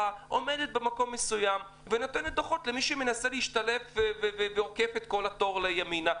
עומדת במקום מסוים ונותנת דוחות למי שמנסה להשתלב ועוקף את התור ימינה.